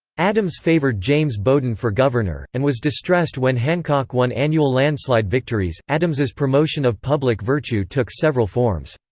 adams favored james bowdoin for governor, and was distressed when hancock won annual landslide victories adams's promotion of public virtue took several forms.